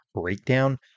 breakdown